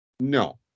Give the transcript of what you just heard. no